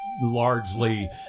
largely